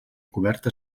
coberta